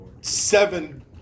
seven